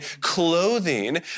clothing